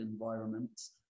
environments